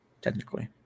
Technically